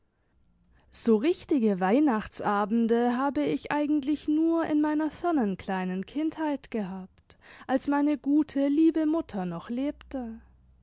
so richtige weihnachtsabende habe ich eigentlich nur in meiner fernen kleinen kindheit gehabt als meine gute liebe mutter noch lebte